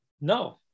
No